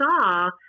saw